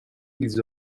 ils